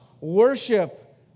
worship